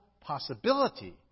possibility